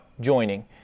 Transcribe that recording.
joining